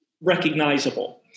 recognizable